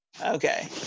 okay